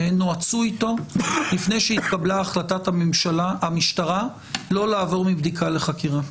נועצו איתו לפני שהתקבלה החלטת המשטרה לא לעבור מבדיקה לחקירה?